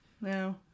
no